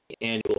annual